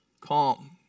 calm